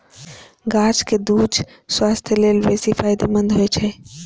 गाछक दूछ स्वास्थ्य लेल बेसी फायदेमंद होइ छै